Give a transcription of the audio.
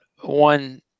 one